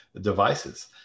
devices